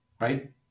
right